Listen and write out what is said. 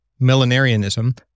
Millenarianism